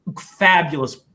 fabulous